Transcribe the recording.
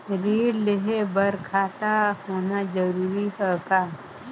ऋण लेहे बर खाता होना जरूरी ह का?